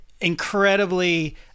incredibly